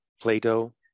Plato